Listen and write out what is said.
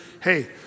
Hey